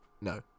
No